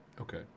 Okay